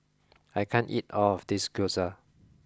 I can't eat all of this Gyoza